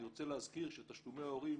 אני רוצה להזכיר שתשלומי הורים